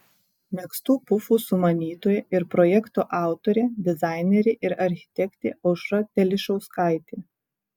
megztų pufų sumanytoja ir projekto autorė dizainerė ir architektė aušra telišauskaitė